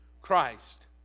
Christ